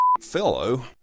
fellow